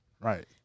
Right